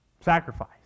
Sacrifice